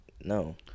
no